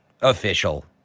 official